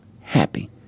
happy